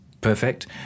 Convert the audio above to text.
Perfect